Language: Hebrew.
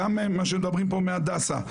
גם מה שמדברים פה מהדסה,